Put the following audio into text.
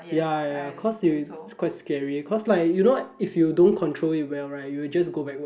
ya ya ya cause you is quite scary cause like you know if you don't control it well right it will just go backwards